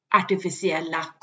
artificiella